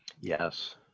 Yes